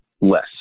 less